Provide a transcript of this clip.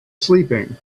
sleeping